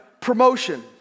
promotion